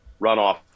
runoff